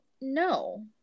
no